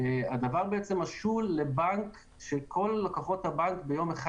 הדבר משול לבנק שכל לקוחות הבנק ביום אחד